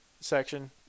section